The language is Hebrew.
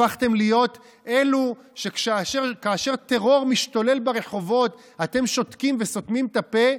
הפכתם להיות אלו שכאשר טרור משתולל ברחובות אתם שותקים וסותמים את הפה.